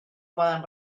poden